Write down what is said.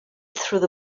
through